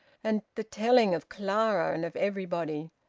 and the telling of clara, and of everybody.